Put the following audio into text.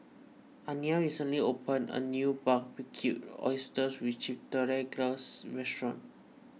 Aniya recently opened a new Barbecued Oysters with Chipotle Glaze Restaurant